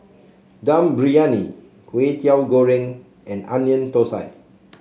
Dum Briyani Kway Teow Goreng and Onion Thosai